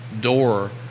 door